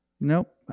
Nope